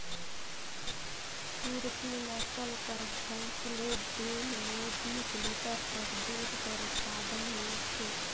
सुरती नसल कर भंइस ले दिन में बीस लीटर तक दूद कर उत्पादन मिलथे